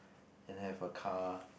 and have a car